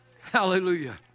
Hallelujah